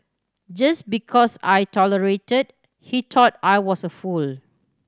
just because I tolerated he thought I was a fool